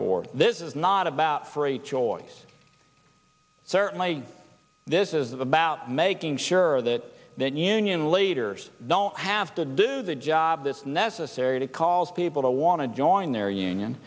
for this is not about free choice certainly this is about making sure that that union leaders don't have to do the job that's necessary to cause people to want to join their union